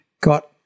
got